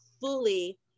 fully